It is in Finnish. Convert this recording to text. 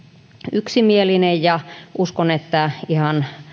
yksimielinen ja uskon että todellakin ihan